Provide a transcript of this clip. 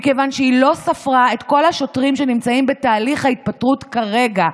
מכיוון שהיא לא ספרה את כל השוטרים שנמצאים בתהליך ההתפטרות כרגע.